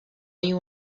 you